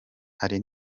hari